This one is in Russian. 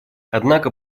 однако